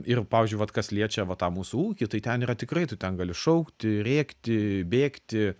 ir pavyzdžiui vat kas liečia va tą mūsų ūkį tai ten yra tikrai tu ten gali šaukti rėkti bėgti